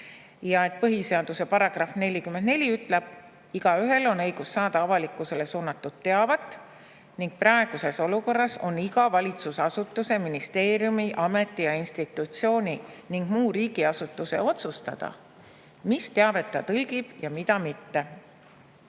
et põhiseaduse § 44 ütleb, et igaühel on õigus vabalt saada avalikkusele suunatud teavet. Praeguses olukorras on iga valitsusasutuse – ministeeriumi, ameti ja institutsiooni – ning muu riigiasutuse otsustada, mis teavet ta tõlgib ja mida mitte.